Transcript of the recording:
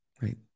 Right